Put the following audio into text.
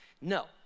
No